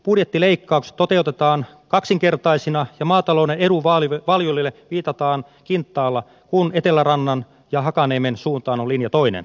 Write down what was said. budjettileikkaukset toteutetaan kaksinkertaisina ja maatalouden edunvalvojille viitataan kintaalla kun etelärannan ja hakaniemen suuntaan on linja toinen